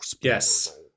yes